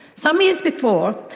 some years before,